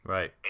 Right